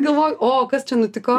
galvoju o kas čia nutiko